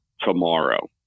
tomorrow